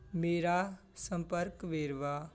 ਮੇਰਾ ਸੰਪਰਕ ਵੇਰਵਾ